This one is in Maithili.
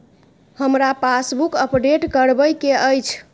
हमरा पासबुक अपडेट करैबे के अएछ?